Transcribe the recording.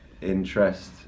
interest